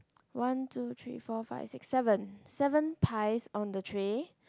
one two three four five six seven seven pies on the tray